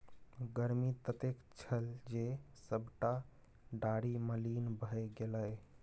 गर्मी ततेक छल जे सभटा डारि मलिन भए गेलै